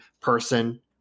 person